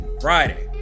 Friday